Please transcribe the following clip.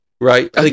right